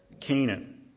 Canaan